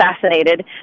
assassinated